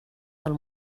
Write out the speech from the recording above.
del